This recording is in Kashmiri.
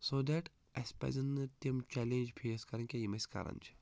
سو دیٹ اَسہِ پَزَن نہٕ تِم چٮ۪لینٛج فیس کَرٕنۍ کیٚنٛہہ یِم أسۍ کَران چھِ